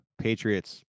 Patriots